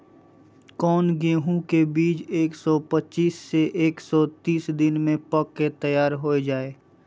कौन गेंहू के बीज एक सौ पच्चीस से एक सौ तीस दिन में पक के तैयार हो जा हाय?